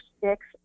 six